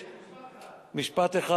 במשפט אחד.